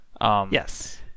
Yes